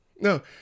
No